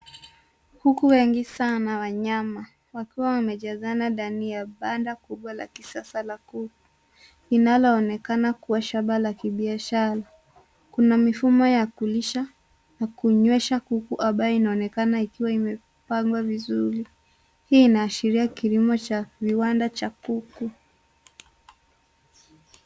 Kuku wengi sana wanyama wakiwa wamejazana ndani ya banda kubwa la kisasa la kuku linaloonekana kuwa shaba la kibiashara. Kuna mifumo ya kulisha na kunywesha kuku ambaye inaonekana ikiwa imepangwa vizuri. Hii inaashiria kilimo cha viwanda cha kuku.